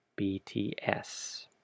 BTS